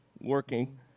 Working